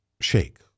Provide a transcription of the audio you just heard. shake